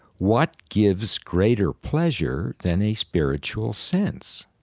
what gives greater pleasure than a spiritual sense?